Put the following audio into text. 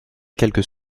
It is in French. quelques